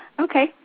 Okay